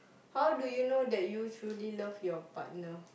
how do you know that you truly love your partner